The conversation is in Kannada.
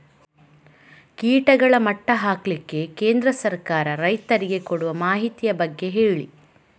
ಕೀಟಗಳ ಮಟ್ಟ ಹಾಕ್ಲಿಕ್ಕೆ ಕೇಂದ್ರ ಸರ್ಕಾರ ರೈತರಿಗೆ ಕೊಡುವ ಮಾಹಿತಿಯ ಬಗ್ಗೆ ಹೇಳಿ